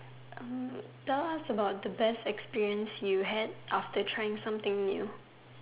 Hm tell us about the best experience you had after trying something new